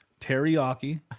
teriyaki